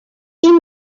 این